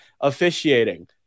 officiating